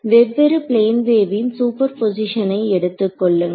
வெவ்வேறு பிளேன் வேவின் சூப்பர்போசிஷனை எடுத்துக்கொள்ளுங்கள்